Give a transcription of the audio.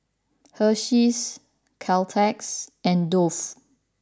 Hersheys Caltex and Dove